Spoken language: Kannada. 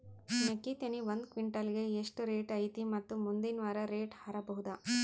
ಮೆಕ್ಕಿ ತೆನಿ ಒಂದು ಕ್ವಿಂಟಾಲ್ ಗೆ ಎಷ್ಟು ರೇಟು ಐತಿ ಮತ್ತು ಮುಂದಿನ ವಾರ ರೇಟ್ ಹಾರಬಹುದ?